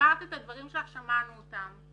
אמרת את הדברים שלך ושמענו אותם.